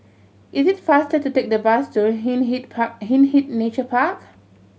it is faster to take the bus to Hindhede Park Hindhede Nature Park